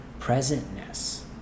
presentness